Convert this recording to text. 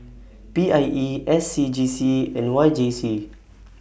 P I E S C G C and Y J C